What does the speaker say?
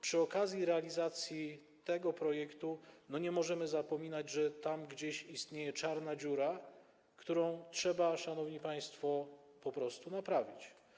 Przy okazji realizacji tego projektu nie możemy zapominać, że istnieje czarna dziura, którą trzeba, szanowni państwo, po prostu naprawić.